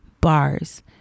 Bars